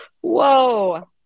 Whoa